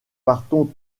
partons